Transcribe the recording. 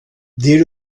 dès